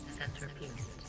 centerpiece